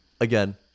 again